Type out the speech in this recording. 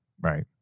Right